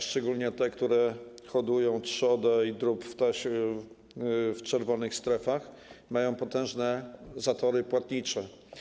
Szczególnie te, które hodują trzodę i drób w czerwonych strefach, mają potężne zatory płatnicze.